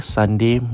Sunday